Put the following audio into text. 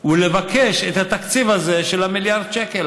ולבקש את התקציב הזה של מיליארד השקלים,